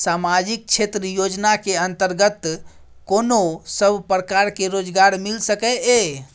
सामाजिक क्षेत्र योजना के अंतर्गत कोन सब प्रकार के रोजगार मिल सके ये?